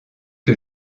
que